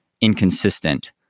inconsistent